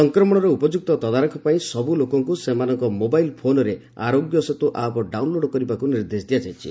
ସଂକ୍ରମଣର ଉପଯୁକ୍ତ ତଦାରଖ ପାଇଁ ସବୁ ଲୋକଙ୍କୁ ସେମାନଙ୍କ ମୋବାଇଲ ଫୋନରେ ଆରୋଗ୍ୟ ସେତୁ ଆପ୍ ଡାଉନଲୋଡ କରିବାକୁ ନିର୍ଦ୍ଦେଶ ଦିଆଯାଇଛି